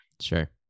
Sure